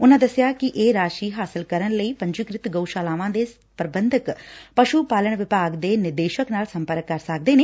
ਉਨਾਂ ਦਸਿਆ ਕਿ ਇਹਂ ਰਾਸ਼ੀ ਹਾਸਲ ਕਰਨ ਲਈ ਪ੍ਰੰਜੀਕਿਤ ਗਊਸ਼ਾਲਾਵਾਂ ਦੇ ਪ੍ਰੰਬਧਕ ਪਸੂ ਪਾਲਣ ਵਿਭਾਗ ਦੇ ਨਿਦੇਸ਼ਕ ਨਾਲ ਸੰਪਰਕ ਕਰ ਸਕਦੇ ਨੇ